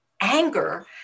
anger